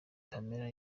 pamela